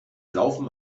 laufen